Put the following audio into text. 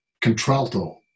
contralto